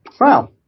wow